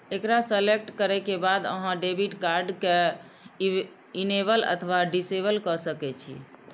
एकरा सेलेक्ट करै के बाद अहां डेबिट कार्ड कें इनेबल अथवा डिसेबल कए सकै छी